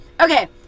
Okay